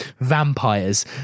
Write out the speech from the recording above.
vampires